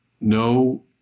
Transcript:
no